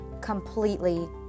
completely